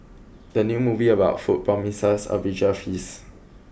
the new movie about food promises a visual feast